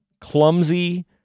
clumsy